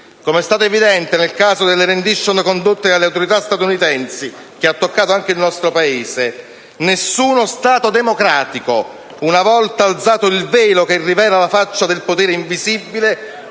come è stato evidente nel caso delle *rendition* condotte dalle autorità statunitensi, che hanno toccato anche il nostro Paese. Nessuno Stato democratico, una volta alzato il velo che rivela la faccia del potere invisibile,